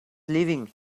leaving